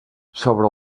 sobre